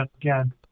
again